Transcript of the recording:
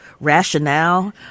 rationale